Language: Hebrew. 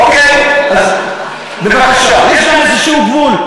יש גם איזשהו גבול,